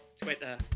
Twitter